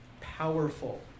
powerful